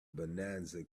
bonanza